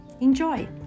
Enjoy